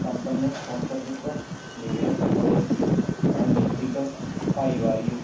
ਕੰਪਨੀਆਂ ਸਪੋਂਸਰਸ਼ਿਪ ਨਿਵੇਸ਼ ਅਤੇ ਰਣਨੀਤਿਕ ਭਾਈਵਾਲੀ